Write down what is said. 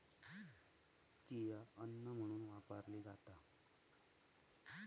chia अन्न म्हणून वापरली जाता